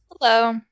Hello